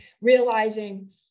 realizing